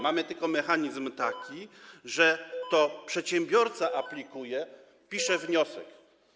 Mamy tylko taki mechanizm, że to przedsiębiorca aplikuje, pisze wniosek.